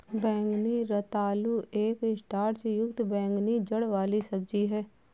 बैंगनी रतालू एक स्टार्च युक्त बैंगनी जड़ वाली सब्जी है